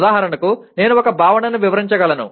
ఉదాహరణకు నేను ఒక భావనను వివరించగలను